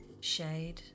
shade